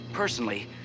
Personally